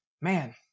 Man